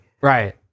Right